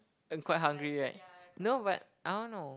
and quite hungry right no but I don't know